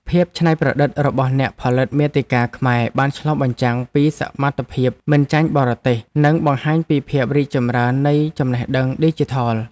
ភាពច្នៃប្រឌិតរបស់អ្នកផលិតមាតិកាខ្មែរបានឆ្លុះបញ្ចាំងពីសមត្ថភាពមិនចាញ់បរទេស និងបង្ហាញពីភាពរីកចម្រើននៃចំណេះដឹងឌីជីថល។